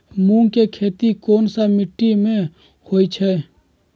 मूँग के खेती कौन मीटी मे होईछ?